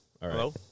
Hello